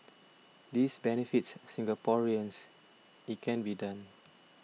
this benefits Singaporeans it can be done